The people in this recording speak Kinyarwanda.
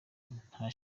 nta